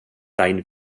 dein